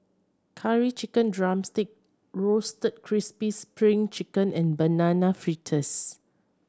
Curry Chicken drumstick Roasted Crispy Spring Chicken and Banana Fritters